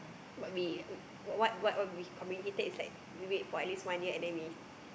but we what what we communicated is like we wait for at least one year and then we